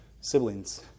siblings